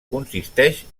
consisteix